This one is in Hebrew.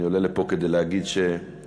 אני עולה לפה כדי להגיד שהר-הבית,